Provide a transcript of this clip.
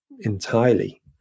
entirely